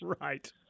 Right